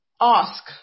ask